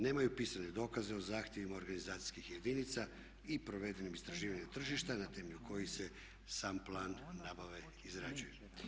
Nemaju pisane dokaze o zahtjevima organizacijskih jedinica i provedenim istraživanjima tržišta na temelju kojih se sam plan nabave izrađuje.